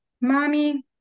Mommy